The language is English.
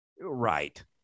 Right